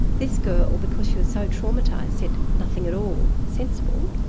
this girl, because she was so traumatised, said nothing at all sensible,